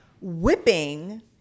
whipping